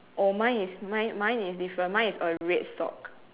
oh mine is mine is different mine is a red sock